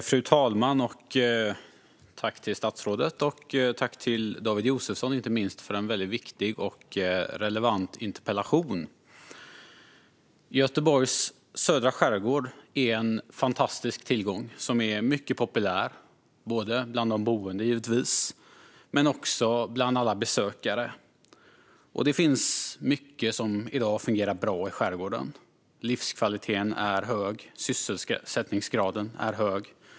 Fru talman! Tack statsrådet, och tack inte minst till David Josefsson för en väldigt viktig och relevant interpellation! Göteborgs södra skärgård är en fantastisk tillgång som är mycket populär bland de boende givetvis men också bland alla besökare. Och det finns mycket som i dag fungerar bra i skärgården. Livskvaliteten och sysselsättningsgraden är hög.